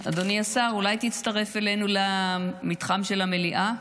אדוני השר, אולי תצטרף אלינו למתחם של המליאה?